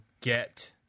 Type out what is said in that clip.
get